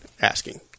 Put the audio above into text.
asking